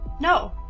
No